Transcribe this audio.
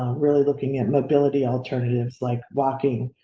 really looking at mobility, alternatives, like walking,